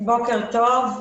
בוקר טוב.